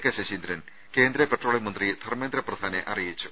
K Saseendran കേന്ദ്ര petroleum മന്ത്രി ധർമ്മേന്ദ്ര പ്രധാനെ അറിയിച്ചു